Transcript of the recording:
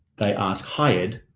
they ask hi ed,